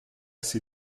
ses